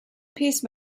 piece